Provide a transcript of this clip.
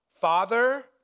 Father